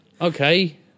Okay